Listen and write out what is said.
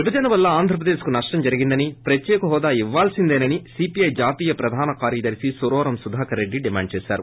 విభజన వలన ఆంధ్రప్రదేశ్కు నష్షం జరిగిందని ప్రత్యేక హోదా ఇవ్యాల్సిందేనని సీపీఐ జాతీయ ప్రధాన కార్యదర్తి సురవరం సుధాకర్ రెడ్డి డిమాండ్ చేశారు